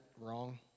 wrong